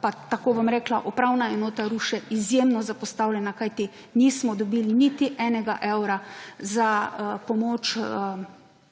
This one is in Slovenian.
pa tako bom rekla, Upravna enota Ruše, izjemno zapostavljena, kajti, nismo dobili niti enega evra za pomoč